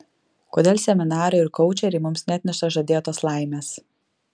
kodėl seminarai ir koučeriai mums neatneša žadėtos laimės